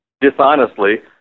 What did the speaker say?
dishonestly